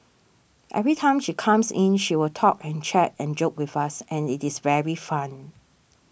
every time she comes in she will talk and chat and joke with us and it is very fun